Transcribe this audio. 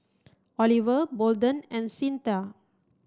Oliver Bolden and Cyntha